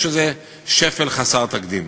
או שזה שפל חסר תקדים.